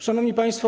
Szanowni Państwo!